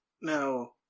Now